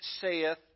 saith